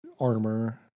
armor